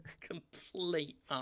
Complete